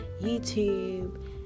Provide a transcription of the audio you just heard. YouTube